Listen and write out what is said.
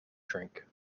drink